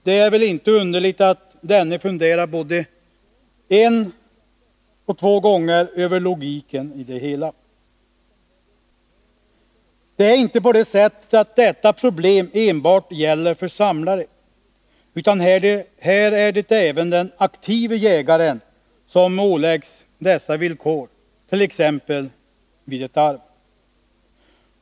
Det är väl inte underligt att jägaren funderar både en och två gånger över logiken i det hela? Detta problem gäller inte enbart för samlare, utan även den aktive jägaren åläggs dessa villkor, t.ex. vid ett arv.